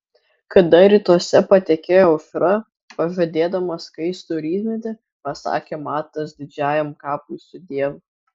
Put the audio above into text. kada rytuose patekėjo aušra pažadėdama skaistų rytmetį pasakė matas didžiajam kapui sudiev